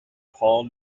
paul